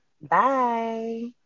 Bye